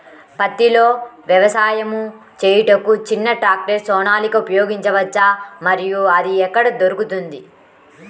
పత్తిలో వ్యవసాయము చేయుటకు చిన్న ట్రాక్టర్ సోనాలిక ఉపయోగించవచ్చా మరియు అది ఎక్కడ దొరుకుతుంది?